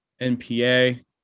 npa